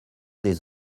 des